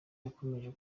yakomeje